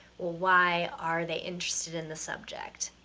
why are they interested in the subject?